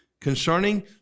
concerning